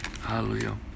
hallelujah